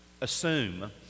assume